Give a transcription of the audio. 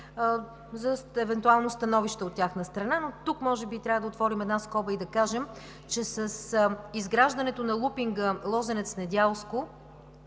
за евентуално становище от тяхна страна. Тук може би трябва да отворим една скоба и да кажем, че с изграждането на лупинга Лозенец – Недялско